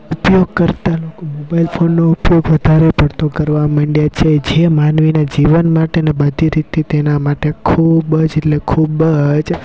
ઉપયોગ કરતાં લોકો મોબાઈલ ફોનનો ઉપયોગ વધારે પડતો કરવા માંડ્યા છે જે માનવીના જીવન માટે ને બધી રીતે તેના માટે ખૂબ જ એટલે ખૂબ જ